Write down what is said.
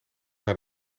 naar